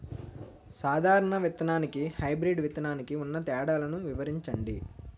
సాధారణ విత్తననికి, హైబ్రిడ్ విత్తనానికి ఉన్న తేడాలను వివరించండి?